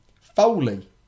Foley